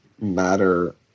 matter